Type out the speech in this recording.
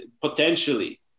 Potentially